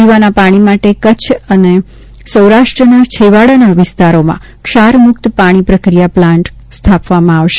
પીવાના પાણી માટે કચ્છ અને સૌરાષ્ટ્રના છેવાડાના વિસ્તારોમાં ક્ષારમૂક્ત પાણી પ્રક્રિયા પ્લાન્ટ સ્થાપવામાં આવશે